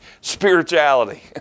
spirituality